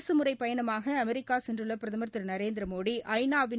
அரசுமுறைப் பயணமாக அமெிக்கா சென்றுள்ள பிரதமர் திரு நரேந்திரமோடி இன்று ஐ நா வின்